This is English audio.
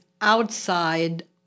outside